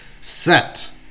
set